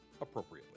appropriately